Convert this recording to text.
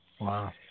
Wow